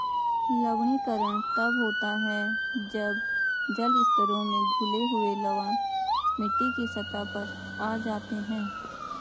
लवणीकरण तब होता है जब जल स्तरों में घुले हुए लवण मिट्टी की सतह पर आ जाते है